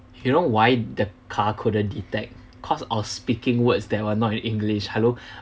you know why that car couldn't detect cause I was speaking words that were not in english hello